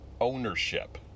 ownership